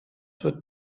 wird